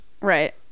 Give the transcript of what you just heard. Right